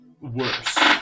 worse